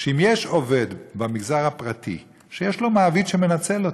שאם יש עובד במגזר הפרטי שיש לו מעביד שמנצל אותו,